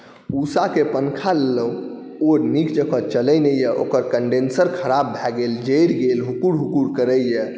उषाके पँखा लेलहुँ ओ नीक जकाँ चलै नहि अइ ओकर कण्डेन्सर खराब भऽ गेल जरि गेल हुकुर हुकुर करैए